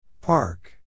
Park